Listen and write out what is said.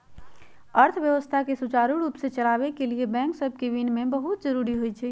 अर्थव्यवस्था के सुचारू रूप से चलाबे के लिए बैंक सभके विनियमन बहुते जरूरी होइ छइ